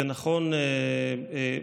זה נכון במשטרה,